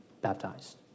baptized